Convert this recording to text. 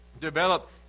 develop